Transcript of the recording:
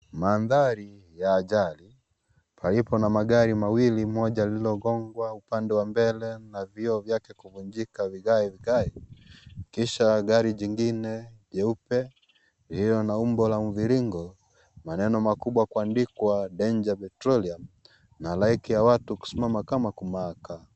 Mandhari ,ya ajali, palipo na magari mawili, moja liliogongwa upande wa mbele na vioo vyake kuvunjika vigae vigae, kisha gari jingine jeupe, iliyo na umbo la mviringo, maneno makubwa kuandikwa Danger Petroleum na halaiki ya watu kusimama kama kumaka.